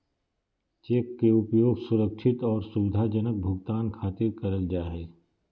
cheque के उपयोग सुरक्षित आर सुविधाजनक भुगतान खातिर करल जा हय